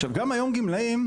עכשיו גם היום גמלאים,